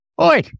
Oi